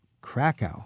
Krakow